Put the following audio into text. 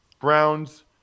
Browns